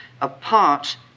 apart